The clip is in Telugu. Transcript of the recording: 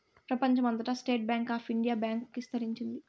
ప్రెపంచం అంతటా State Bank of India bank ఇస్తరించింది